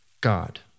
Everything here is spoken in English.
God